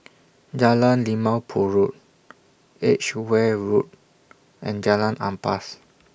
Jalan Limau Purut Edgeware Road and Jalan Ampas